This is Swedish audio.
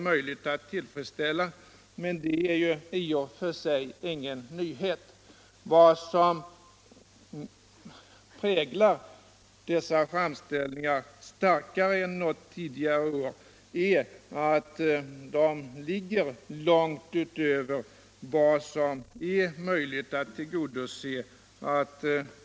Men det är ju i och för sig ingen nyhet. Vad som kännetecknar dessa framställningar starkare än tidigare år är att de ligger långt utöver vad som ir möjligt att tillgodose.